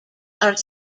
are